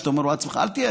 שאתה אומר לעצמך: אל תהיה.